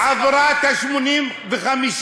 עברה את ה-85%.